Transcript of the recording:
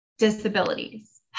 disabilities